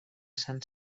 sant